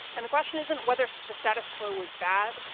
and the question isn't whether the status quo was bad,